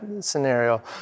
scenario